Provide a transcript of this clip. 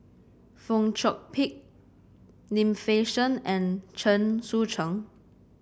Fong Chong Pik Lim Fei Shen and Chen Sucheng